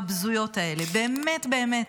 הבזויות האלה, באמת באמת.